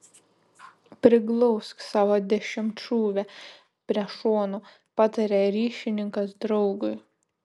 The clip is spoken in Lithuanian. priglausk savo dešimtšūvę prie šono pataria ryšininkas draugui